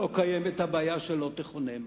לא קיימת הבעיה של לא תחונם.